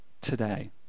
today